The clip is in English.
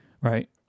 right